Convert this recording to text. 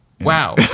wow